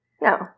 No